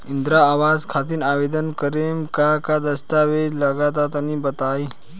इंद्रा आवास खातिर आवेदन करेम का का दास्तावेज लगा तऽ तनि बता?